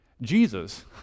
Jesus